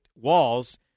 Walls